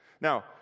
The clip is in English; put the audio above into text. Now